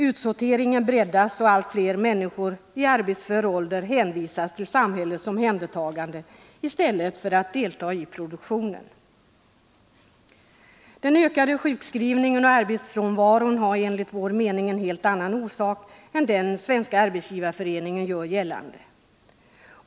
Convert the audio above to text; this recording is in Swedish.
Utsorteringen breddas, och allt fler människor i arbetsför ålder hänvisas till samhällets omhändertagande i stället för att delta i produktionen. Orsaken till den tilltagande sjukskrivningen och den ökade arbetsfrånvaron är enligt vår mening en helt annan än den som Svenska arbetsgivareföreningen velat göra gällande.